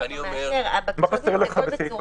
חסר לך בסעיף